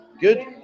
Good